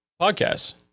podcasts